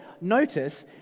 notice